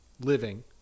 living